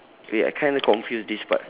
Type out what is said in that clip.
wait I kinda confused this part